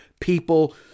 people